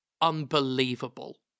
unbelievable